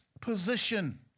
position